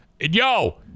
Yo